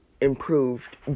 improved